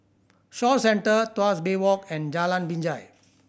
Shaw Centre Tuas Bay Walk and Jalan Binjai